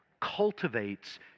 cultivates